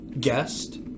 guest